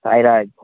Sairaj